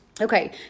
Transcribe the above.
Okay